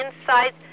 inside